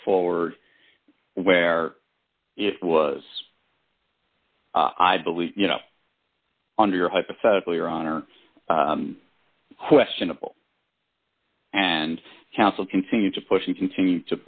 forward where it was i believe you know under your hypothetical your honor questionable and counsel continued to push you continue to